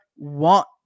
want